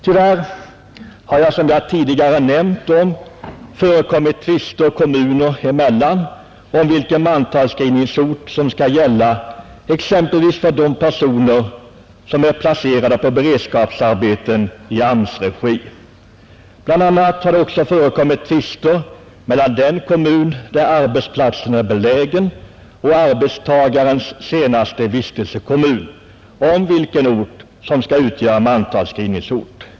Tyvärr har det som jag tidigare nämnt förekommit tvister kommuner emellan om vilken mantalsskrivningsort som skall gälla exempelvis för dem som är placerade på beredskapsarbeten i AMS:s regi. Bland annat har det förekommit tvister mellan den kommun där arbetsplatsen är belägen och arbetstagarens senaste vistelsekommun, om vilken ort som skall utgöra mantalsskrivningsort.